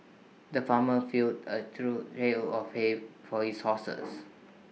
the farmer filled A trough hell of hay for his horses